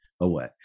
away